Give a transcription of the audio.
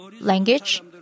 language